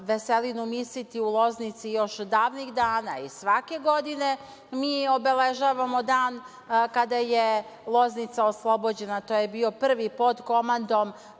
Veselinu Misitu, u Loznici još od davnih dana i svake godine mi obeležavamo dan kada je Loznica oslobođena, to je bio prvi pod komandom